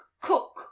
cook